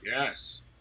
Yes